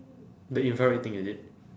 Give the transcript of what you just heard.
the infrared thing is it